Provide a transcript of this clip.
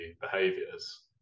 behaviors